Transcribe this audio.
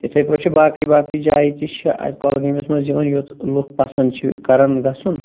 یِتھٔے پٲٹھۍ چھِ باقٕے باقٕے جایہِ تہِ چھِ اَتہِ کۄلگٲمِس منٛز یِوان یوٚت لوٗکھ پَسنٛد چھِ کَران گژھُن